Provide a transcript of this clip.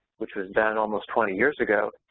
which was done almost twenty years ago,